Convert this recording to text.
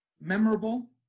memorable